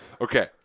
Okay